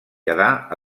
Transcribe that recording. quedà